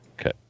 Okay